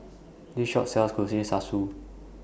This Shop sells